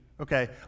okay